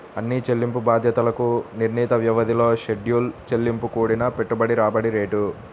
అన్ని చెల్లింపు బాధ్యతలకు నిర్ణీత వ్యవధిలో షెడ్యూల్ చెల్లింపు కూడిన పెట్టుబడి రాబడి రేటు